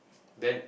then